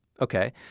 Okay